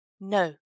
No